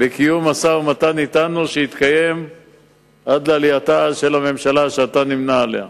בקיום משא-ומתן אתנו שהתקיים עד לעלייתה של הממשלה שאתה נמנה עמה.